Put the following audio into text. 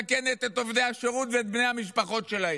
מסכנת את עובדי השירות ואת בני המשפחות שלהם.